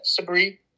Sabri